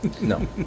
No